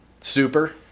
Super